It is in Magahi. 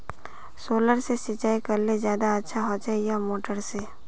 सोलर से सिंचाई करले ज्यादा अच्छा होचे या मोटर से?